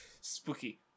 spooky